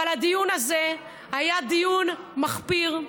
אבל הדיון הזה היה דיון מחפיר.